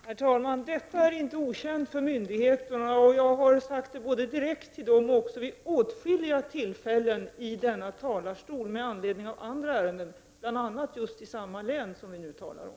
Herr talman! Detta är inte okänt för myndigheterna, och jag har framfört det här både direkt till dem och även vid åtskilliga tillfällen från denna talarstol i anslutning till andra ärenden, bl.a. i samma län som det som vi nu talar om.